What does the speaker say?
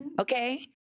okay